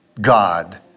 God